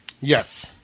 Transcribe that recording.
Yes